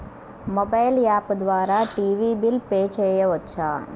Mobile app ద్వారా TV bill pay చేయవచ్చా?